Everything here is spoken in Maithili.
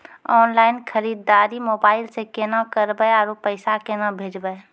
ऑनलाइन खरीददारी मोबाइल से केना करबै, आरु पैसा केना भेजबै?